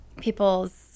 people's